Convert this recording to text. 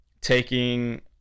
taking